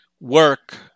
work